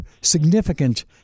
significant